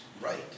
right